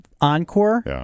encore